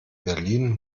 berlin